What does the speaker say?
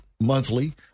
monthly